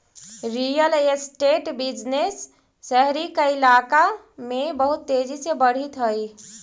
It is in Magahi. रियल एस्टेट बिजनेस शहरी कइलाका में बहुत तेजी से बढ़ित हई